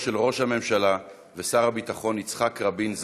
של ראש הממשלה ושר הביטחון יצחק רבין,